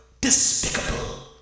Despicable